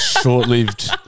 short-lived